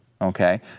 okay